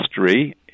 history